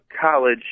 college